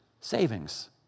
savings